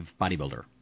bodybuilder